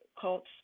cults